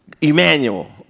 Emmanuel